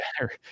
better